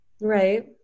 Right